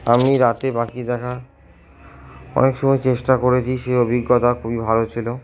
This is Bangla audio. আমি রাতে পাখি দেখা অনেক সময় চেষ্টা করেছি সে অভিজ্ঞতা খুবই ভালো ছিল